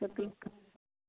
setting कराना है